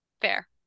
Fair